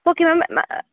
okay ma'am